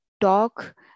talk